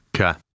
Okay